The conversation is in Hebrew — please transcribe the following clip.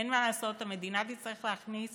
אין מה לעשות, המדינה תצטרך להכניס